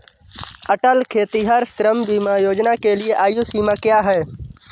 अटल खेतिहर श्रम बीमा योजना के लिए आयु सीमा क्या है?